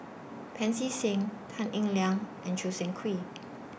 Pancy Seng Tan Eng Liang and Choo Seng Quee